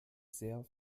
sehr